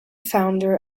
founder